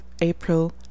April